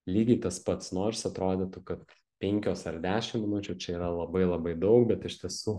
lygiai tas pats nors atrodytų kad penkios ar dešim minučių čia yra labai labai daug bet iš tiesų